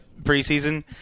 preseason